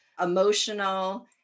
emotional